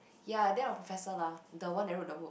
ya then my professor lah the one that wrote the book